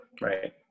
Right